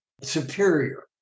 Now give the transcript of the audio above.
superior